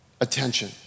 attention